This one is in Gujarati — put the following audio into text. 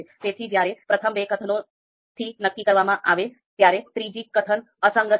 તેથી જ્યારે પ્રથમ બે કથનોથી નક્કી કરવામાં આવે ત્યારે ત્રીજી કથન અસંગત છે